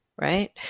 right